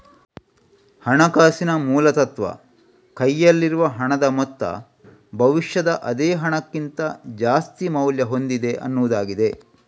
ಹಣಕಾಸಿನ ಮೂಲ ತತ್ವ ಕೈಯಲ್ಲಿರುವ ಹಣದ ಮೊತ್ತ ಭವಿಷ್ಯದ ಅದೇ ಹಣಕ್ಕಿಂತ ಜಾಸ್ತಿ ಮೌಲ್ಯ ಹೊಂದಿದೆ ಅನ್ನುದಾಗಿದೆ